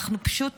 אנחנו פשוט